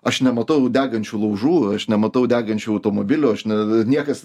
aš nematau degančių laužų aš nematau degančių automobilių aš ne niekas